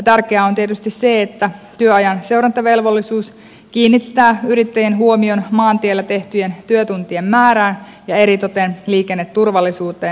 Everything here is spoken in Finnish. tärkeää on tietysti se että työajan seurantavelvollisuus kiinnittää yrittäjien huomion maantiellä tehtyjen työtuntien määrään ja eritoten liikenneturvallisuuteen